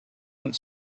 went